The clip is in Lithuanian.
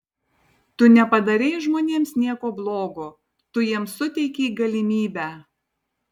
tu nepadarei žmonėms nieko blogo tu jiems suteikei galimybę